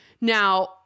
Now